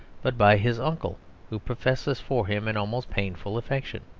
but by his uncle who professes for him an almost painful affection.